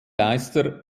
geister